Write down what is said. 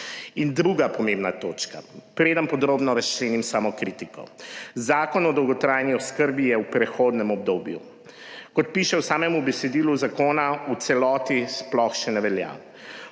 In druga pomembna točka, preden podrobno razčlenim samo kritiko, zakon o dolgotrajni oskrbi je v prehodnem obdobju. Kot piše v samem besedilu, zakona v celoti sploh še ne velja.